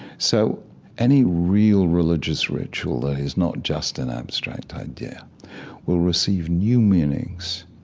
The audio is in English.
so any real religious ritual that is not just an abstract idea will receive new meanings